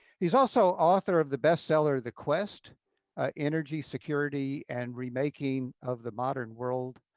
he's also author of the bestseller, the quest energy, security and remaking of the modern world.